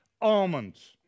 almonds